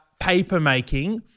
papermaking